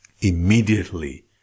Immediately